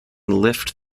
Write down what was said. lift